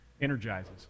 energizes